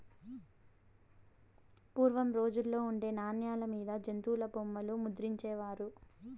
పూర్వం రోజుల్లో ఉండే నాణాల మీద జంతుల బొమ్మలు ముద్రించే వారు